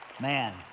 man